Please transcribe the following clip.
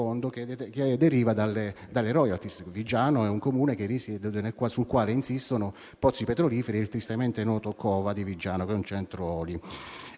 che deriva dalle *royalties*. Viggiano è un Comune sul quale insistono pozzi petroliferi e il tristemente noto COVA di Viggiano, che è un centro oli.